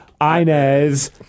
Inez